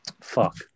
Fuck